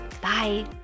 Bye